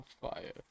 fire